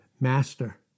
master